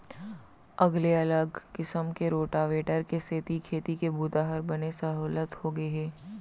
अगले अलग किसम के रोटावेटर के सेती खेती के बूता हर बने सहोल्लत होगे हे